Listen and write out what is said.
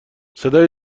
صدای